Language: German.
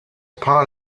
paar